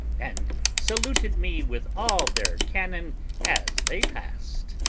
and saluted me with all their cannon as they passed.